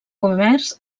comerç